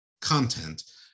content